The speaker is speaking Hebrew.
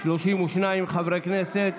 32 חברי כנסת.